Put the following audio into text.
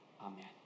Amen